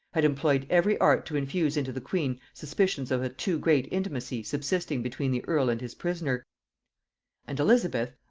had employed every art to infuse into the queen suspicions of a too great intimacy subsisting between the earl and his prisoner and elizabeth,